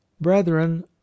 brethren